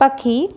पखी